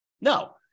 No